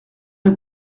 est